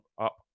up